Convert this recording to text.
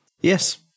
Yes